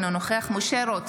אינו נוכח משה רוט,